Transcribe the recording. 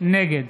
נגד